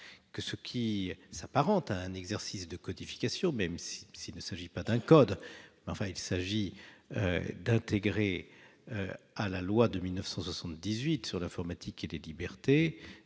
ordonnance s'apparente à un exercice de codification, même s'il ne s'agit pas d'un code : il s'agit d'intégrer à la loi de 1978 Informatique et les libertés